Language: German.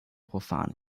profan